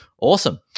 Awesome